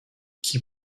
qui